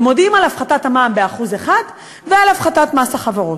ומודיעים על הפחתת המע"מ ב-1% ועל הפחתת מס החברות.